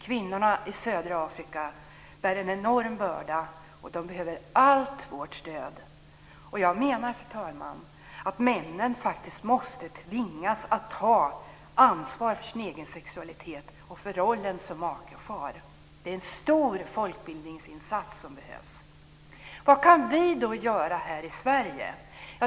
Kvinnorna i södra Afrika bär en enorm börda, och de behöver allt vårt stöd. Fru talman! Jag menar att männen faktiskt måste tvingas att ta ansvar för sin egen sexualitet och för rollen som make och far. Det är en stor folkbildningsinsats som behövs. Vad kan vi då göra här i Sverige?